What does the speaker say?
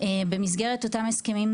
במסגרת אותם הסכמים,